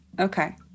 Okay